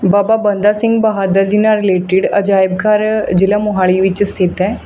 ਬਾਬਾ ਬੰਦਾ ਸਿੰਘ ਬਹਾਦਰ ਜੀ ਨਾਲ਼ ਰਿਲੇਟਡ ਅਜਾਇਬ ਘਰ ਜਿਲ੍ਹਾ ਮੋਹਾਲੀ ਵਿੱਚ ਸਥਿਤ ਹੈ